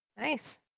Nice